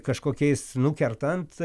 kažkokiais nukertant